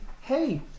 hey